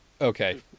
okay